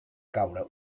caure